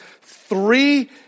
three